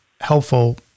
helpful